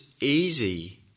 easy